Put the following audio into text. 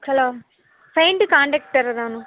hello paint contractor தானே